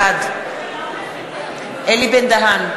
בעד אלי בן-דהן,